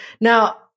Now